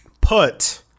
put